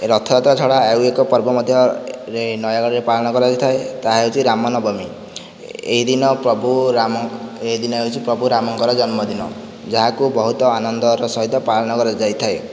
ରଥଯାତ୍ରା ଛଡ଼ା ଆଉ ଏକ ପର୍ବ ମଧ୍ୟ ନୟାଗଡ଼ରେ ପାଳନ କରାଯାଇଥାଏ ତାହା ହେଉଛି ରାମ ନବମୀ ଏହିଦିନ ପ୍ରଭୁ ରାମ ଏହିଦିନ ହେଉଛି ପ୍ରଭୁ ରାମଙ୍କର ଜନ୍ମଦିନ ଯାହାକୁ ବହୁତ ଆନନ୍ଦର ସହିତ ପାଳନ କରାଯାଇଥାଏ